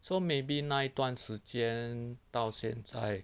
so maybe 那段时间到现在